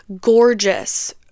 Gorgeous